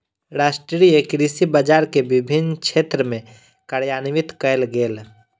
राष्ट्रीय कृषि बजार के विभिन्न क्षेत्र में कार्यान्वित कयल गेल